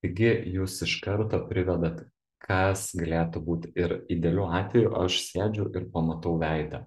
taigi jūs iš karto privedat kas galėtų būti ir idealiu atveju aš sėdžiu ir pamatau veidą